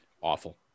awful